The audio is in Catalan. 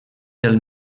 del